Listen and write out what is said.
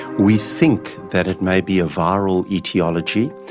we think that it may be a viral aetiology.